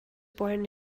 born